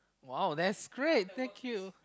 !wow! that's great thank you